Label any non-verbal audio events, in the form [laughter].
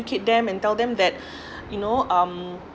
educate them and tell them that [breath] you know um